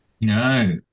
No